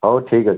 ହଉ ଠିକ୍ ଅଛି